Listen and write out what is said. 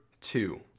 two